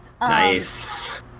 Nice